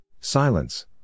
Silence